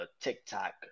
TikTok